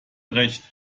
recht